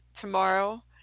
tomorrow